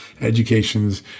educations